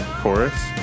chorus